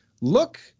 look